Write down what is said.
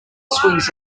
swings